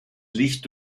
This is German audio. licht